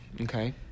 okay